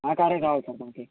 ఆ కారే కావాలి సార్ మాకు